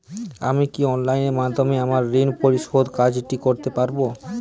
আমি কি অনলাইন মাধ্যমে আমার ঋণ পরিশোধের কাজটি করতে পারব?